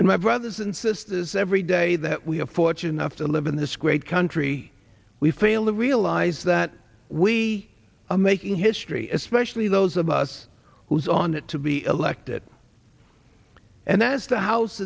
and my brothers and sisters every day that we are fortunate to live in this great country we fail to realize that we are making history especially those of us whose on it to be elected and as the house